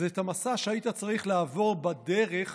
זה המסע שהיית צריך לעבור בדרך